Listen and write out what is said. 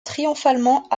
triomphalement